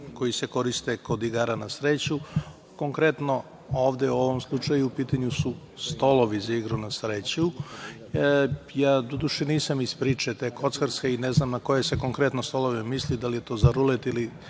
koji se koriste kod igara na sreću. Konkretno, ovde u ovom slučaju u pitanju su stolovi za igru na sreću. Ja doduše nisam iz priče te kockarske i ne znam na koje se konkretno stolove misli, da li je to za rulet,